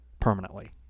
permanently